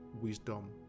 wisdom